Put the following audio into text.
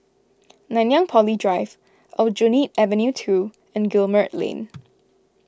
Nanyang Poly Drive Aljunied Avenue two and Guillemard Lane